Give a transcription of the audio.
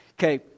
okay